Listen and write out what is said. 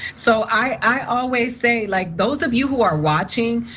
so i always say like those of you who are watching,